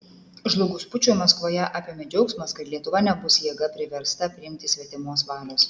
žlugus pučui maskvoje apėmė džiaugsmas kad lietuva nebus jėga priversta priimti svetimos valios